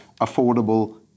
affordable